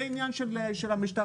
זה העניין של המשטרה,